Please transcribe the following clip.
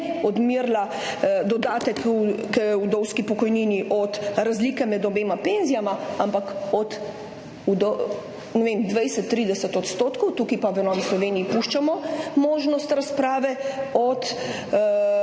odmerila kot dodatek k vdovski pokojnini od razlike med obema penzijama, ampak ne vem, 20, 30 %, tukaj pa v Novi Sloveniji puščamo možnost razprave, od